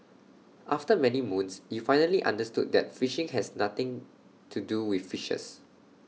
after many moons you finally understood that phishing has nothing to do with fishes